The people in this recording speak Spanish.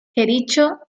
jericho